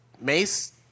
Mace